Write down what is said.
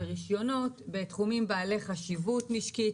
על רישיונות בתחומים בעלי חשיבות משקית,